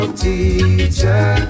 teacher